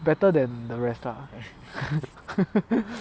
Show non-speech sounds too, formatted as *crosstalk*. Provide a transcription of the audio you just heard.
better than the rest lah *laughs*